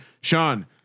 Sean